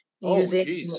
using